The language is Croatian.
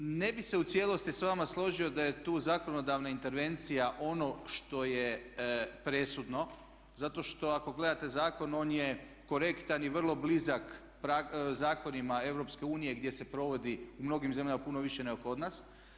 Ne bih se u cijelosti s vama složio da je tu zakonodavna intervencija ono što je presudno zato što ako gledate zakon on je korektan i vrlo blizak zakonima Europske unije gdje se provodi u mnogim zemljama puno više nego kod nas.